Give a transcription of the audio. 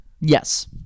Yes